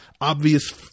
obvious